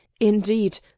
indeed